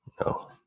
No